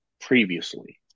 previously